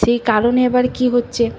সেই কারণে এবার কি হচ্ছে